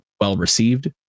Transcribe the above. well-received